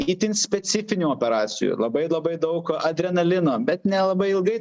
itin specifinių operacijų labai labai daug adrenalino bet nelabai ilgai